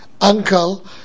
uncle